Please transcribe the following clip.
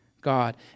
God